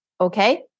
okay